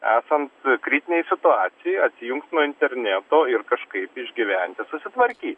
esan kritinei situacijai atsijungt nuo interneto ir kažkaip išgyventi susitvarky